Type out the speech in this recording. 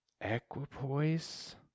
Equipoise